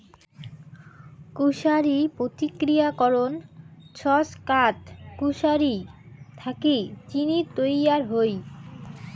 কুশারি প্রক্রিয়াকরণ ছচকাত কুশারি থাকি চিনি তৈয়ার হই